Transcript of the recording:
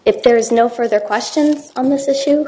if there is no further question on this issue